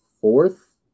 fourth